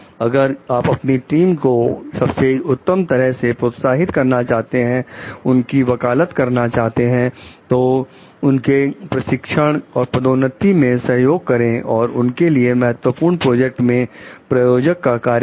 अगर आप अपनी टीम को सबसे उत्तम तरह से प्रोत्साहित करना चाहते हैं उनकी वकालत करना चाहते हैं तो उनके प्रशिक्षण और पदोन्नति में सहयोग करें और उनके लिए महत्वपूर्ण प्रोजेक्ट में प्रायोजक का कार्य करें